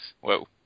Whoa